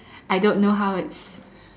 I don't know how it's